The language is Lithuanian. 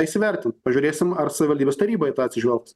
įsivertint pažiūrėsim ar savivaldybės taryba i tą atsižvelgs